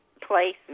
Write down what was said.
place